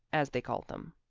as they called them.